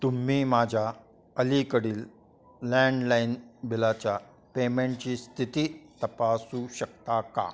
तुम्ही माझ्या अलीकडील लँडलाइन बिलाच्या पेमेंटची स्थिती तपासू शकता का